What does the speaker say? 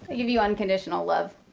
give you unconditional love.